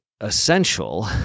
essential